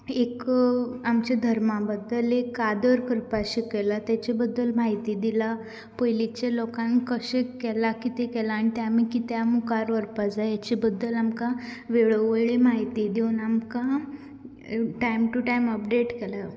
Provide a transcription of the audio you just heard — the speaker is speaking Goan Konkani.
एक आमचे धर्मा बद्दल एक आदर करपाक शिकयलां ताचे बद्दल म्हायती दिल्या पयलींच्या लोकांक कशें केलां कितें केलां आनी तें आमी कित्याक मुखार व्हरपाक जाय हाचे बद्दल आमकां वेळो वेळी म्हायती दिवन आमकां टायम टू टायम अपडेट केलां